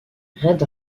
red